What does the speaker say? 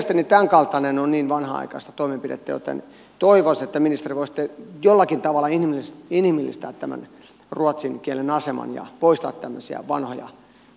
mielestäni tämänkaltainen on niin vanhanaikaista toimenpidettä että toivoisin ministeri että voisitte jollakin tavalla inhimillistää tämän ruotsin kielen aseman ja poistaa tämmöisiä vanhoja vääristymiä